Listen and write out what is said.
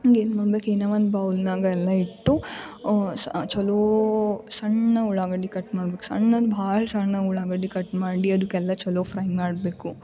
ಹಂಗೇನು ಮಾಡ್ಬೇಕು ಇನ್ನು ಒಂದು ಬೌಲ್ನಾಗೆ ಎಲ್ಲ ಇಟ್ಟು ಸ ಚಲೋ ಸಣ್ಣ ಉಳ್ಳಾಗಡ್ಡೆ ಕಟ್ ಮಾಡ್ಬೇಕು ಸಣ್ಣದು ಭಾಳ ಸಣ್ಣ ಉಳ್ಳಾಗಡ್ಡೆ ಕಟ್ ಮಾಡಿ ಅದಕ್ಕೆಲ್ಲ ಚೊಲೋ ಫ್ರೈ ಮಾಡಬೇಕು